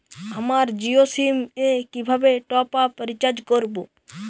আমার জিও সিম এ কিভাবে টপ আপ রিচার্জ করবো?